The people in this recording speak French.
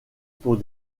pour